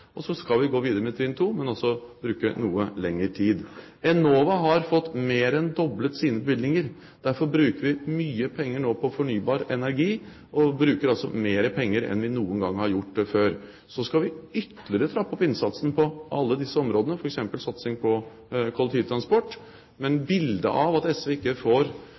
Så skal vi gå videre med trinn 2, men altså bruke noe lengre tid. Enova har fått mer enn doblet sine bevilgninger. Derfor bruker vi mye penger nå på fornybar energi, og vi bruker altså mer penger enn vi noen gang har gjort før. Så skal vi ytterligere trappe opp innsatsen på alle disse områdene, f.eks. satsing på kollektivtransport. Bildet av at SV ikke får